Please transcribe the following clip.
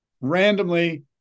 randomly